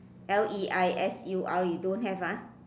l e i s u r e don't have ah